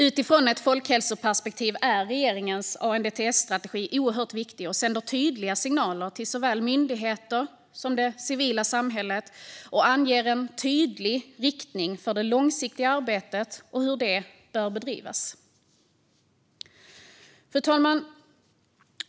Utifrån ett folkhälsoperspektiv är regeringens ANDTS-strategi oerhört viktig, då den sänder tydliga signaler till såväl myndigheter som det civila samhället och anger en tydlig riktning för det långsiktiga arbetet och hur det bör bedrivas. Fru talman!